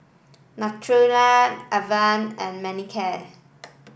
Nutren Avene and Manicare